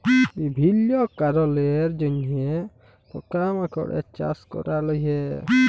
বিভিল্য কারলের জন্হে পকা মাকড়ের চাস ক্যরা হ্যয়ে